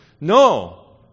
no